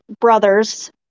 brothers